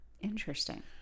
Interesting